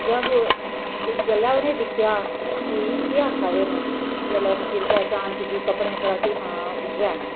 जब जिसलै उ'नें दिक्खेआ कि एह् केह् आक्खा दे न जिसलै उ'नें फिर पहचान कीती कपड़े उप्परा कि हां उ'यै न